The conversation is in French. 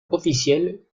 officielle